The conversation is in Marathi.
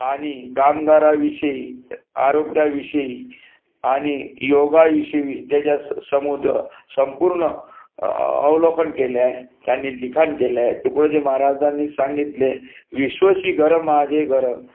आणि कामगाराविषयी आरोग्याविषयी आणि योगाविषयी त्याच्या समुद्र संपूर्ण अवलोकन केले आहे त्यांनी लिखाण केले आहे तुकडोजी महाराजांनी सांगितले विश्वची घर माझे घर